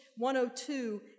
102